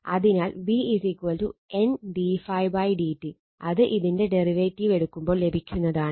അതിനാൽ V N d ∅ d t അത് ഇതിന്റെ ഡെറിവേറ്റീവ് എടുക്കുമ്പോൾ ലഭിക്കുന്നതാണ്